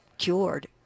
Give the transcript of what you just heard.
cured